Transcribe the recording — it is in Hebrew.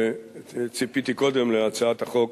וציפיתי קודם להצעת החוק